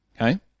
Okay